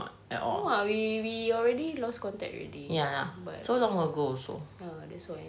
no lah we we already lost contact already but ya that's why